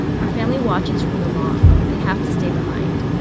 her family watches from the lawn. they have to stay behind.